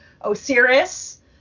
Osiris